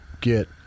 get